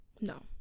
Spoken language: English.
No